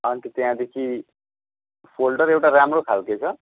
अन्त त्यहाँदेखि फोल्डर एउटा राम्रो खालको छ